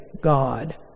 God